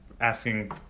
asking